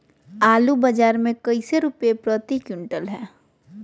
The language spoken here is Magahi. आलू बाजार मे कैसे रुपए प्रति क्विंटल है?